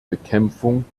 bekämpfung